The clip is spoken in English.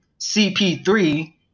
CP3